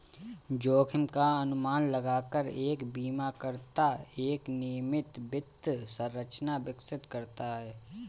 जोखिम का अनुमान लगाकर एक बीमाकर्ता एक नियमित वित्त संरचना विकसित करता है